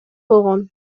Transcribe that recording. болгон